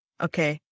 Okay